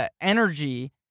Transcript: energy